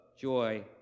joy